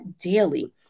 daily